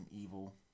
evil